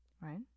right